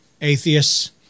atheists